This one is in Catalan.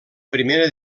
primera